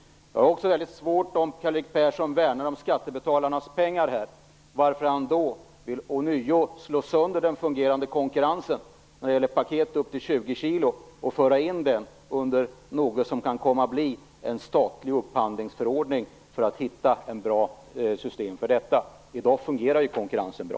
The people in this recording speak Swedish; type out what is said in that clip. Om Karl-Erik Persson värnar om skattebetalarnas pengar har jag svårt att förstå varför han ånyo vill slå sönder den fungerande konkurrensen när det gäller paket upp till 20 kilo. Han vill föra in den delen under något som kan komma att bli en statlig upphandlingsförordning för att hitta ett bra system. I dag fungerar konkurrensen bra.